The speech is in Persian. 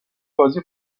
بازی